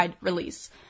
release